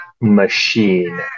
machine